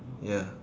ya